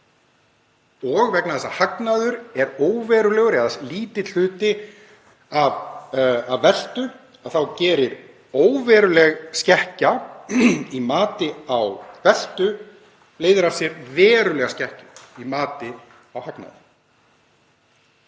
og vegna þess að hagnaður er óverulegur eða lítill hluti af veltu þá leiðir óveruleg skekkja í mati á veltu til verulegrar skekkju í mati á hagnaði.